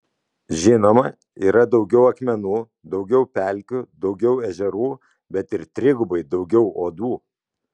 žinoma yra daugiau akmenų daugiau pelkių daugiau ežerų bet ir trigubai daugiau uodų